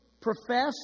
profess